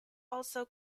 also